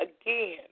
again